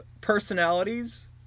personalities